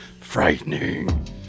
frightening